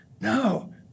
No